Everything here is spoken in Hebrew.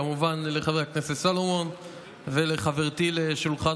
כמובן לחבר הכנסת סלומון ולחברתי לשולחן